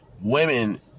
women